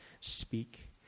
speak